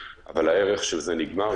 אבל הערך של זה נגמר.